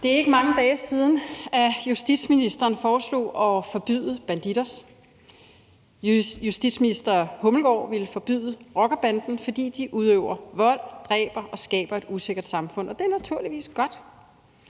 Det er ikke mange dage siden, at justitsministeren foreslog at forbyde Bandidos. Justitsministeren ville forbyde rockerbanden, fordi de udøver vold, dræber og skaber et usikkert samfund. Og det er naturligvis godt,